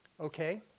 okay